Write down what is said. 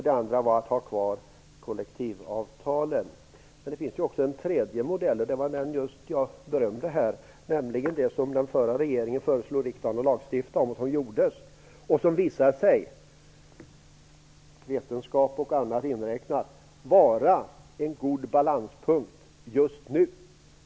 Det andra var att ha kvar kollektivavtalen. Men det finns ju också en tredje modell, och det var just den jag berömde här, nämligen det som den förra regeringen föreslog riksdagen att lagstifta om, vilket också gjordes. Den har också visat sig - vetenskap och annat inräknat - vara en god balanspunkt just nu.